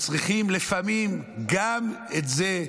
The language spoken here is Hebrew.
לפעמים אנחנו צריכים גם את זה,